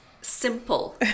simple